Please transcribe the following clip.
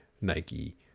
Nike